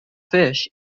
fish